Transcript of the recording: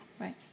right